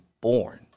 born